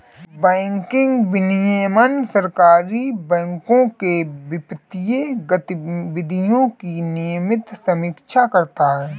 banking विनियमन सहकारी बैंकों के वित्तीय गतिविधियों की नियमित समीक्षा करता है